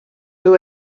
who